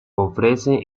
ofrece